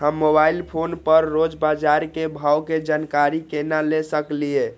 हम mobile phone पर रोज बाजार के भाव के जानकारी केना ले सकलिये?